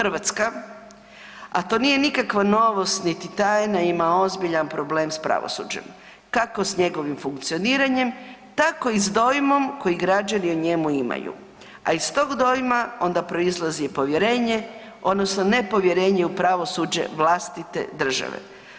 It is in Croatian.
Hrvatska, a to nije nikakva novost, niti tajna, ima ozbiljan problem s pravosuđem, kako s njegovim funkcioniranjem, tako i s dojmom koji građani o njemu imaju, a iz tog dojma onda proizlazi povjerenje odnosno nepovjerenje u pravosuđe vlastite države.